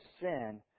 sin